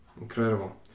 Incredible